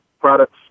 products